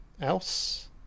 Else